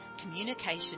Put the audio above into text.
communication